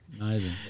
amazing